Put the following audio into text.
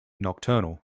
nocturnal